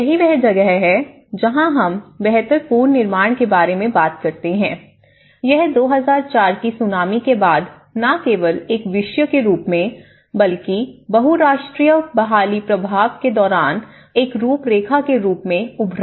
यही वह जगह है जहां हम बेहतर पूर्ण निर्माण के बारे में बात करते हैं यह 2004 की सुनामी के बाद न केवल एक विषय के रूप में बल्कि बहुराष्ट्रीय बहाली प्रभाव के दौरान एक रूपरेखा के रूप में उभरा